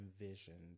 envisioned